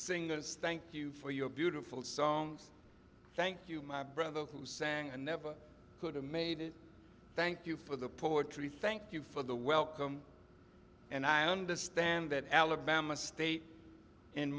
singers thank you for your beautiful songs thank you my brother who sang and never could have made it thank you for the poetry thank you for the welcome and i understand that alabama state in